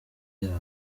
yabo